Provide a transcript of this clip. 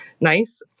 nice